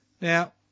Now